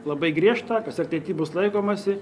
labai griežtą kas ir ateity bus laikomasi